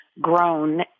grown